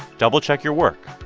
double-check your work.